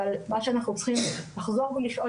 אבל מה שאנחנו צריכים זה לחזור ולשאול